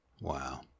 Wow